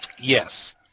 Yes